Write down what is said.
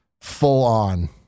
full-on